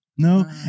No